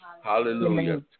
Hallelujah